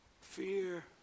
Fear